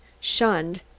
shunned